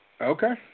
Okay